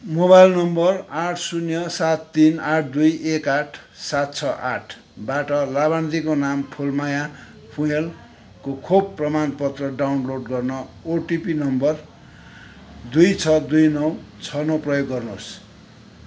mobile number आठ शून्य सात तिन आठ दुई एक आठ सात छ आठबाट लाभार्थीको नाम फुलमाया फुँयालको खोप प्रमाणपत्र डाउनलोड गर्न ओटिपी नम्बर दुई छ दुई नौ छ नौ प्रयोग गर्नुहोस्